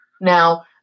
Now